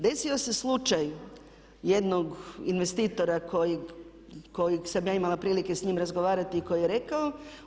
Desio se slučaj jednog investitora kojeg sam ja imala prilike s njim razgovarati i koji je rekao.